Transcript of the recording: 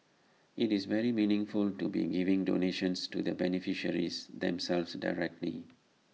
IT is very meaningful to be giving donations to the beneficiaries themselves directly